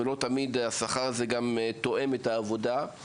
ולא תמיד השכר תואם את העבודה.